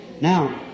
now